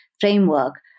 framework